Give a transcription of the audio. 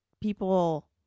people